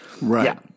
Right